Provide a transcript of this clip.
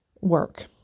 work